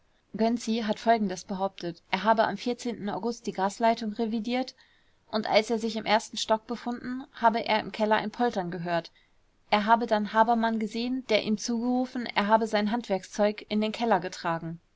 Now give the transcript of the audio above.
hat folgendes behauptet er habe am august die gasleitung revidiert und als er sich im ersten stock befunden habe er im keller ein poltern gehört er habe dann habermann gesehen der ihm zugerufen er habe sein handwerkszeug m den keller getragen